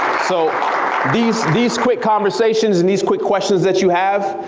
so these these quick conversations and these quick questions that you have,